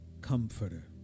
comforter